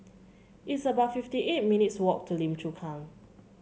it's about fifty eight minutes' walk to Lim Chu Kang